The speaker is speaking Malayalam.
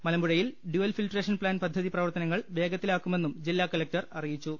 മലമ്പുഴയിൽ ഡ്യുവൽ ഫിൽട്രേഷൻ പ്ലാന്റ് പദ്ധതി പ്രവർത്തനങ്ങൾ വേഗത്തിലാക്കുമെന്നും ജില്ലാ കളക്ടർ അറിയിച്ചു